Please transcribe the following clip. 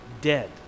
dead